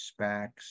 SPACs